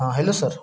हा hello sir